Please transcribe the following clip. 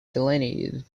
delineated